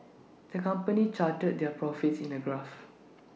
the company charted their profits in A graph